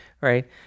right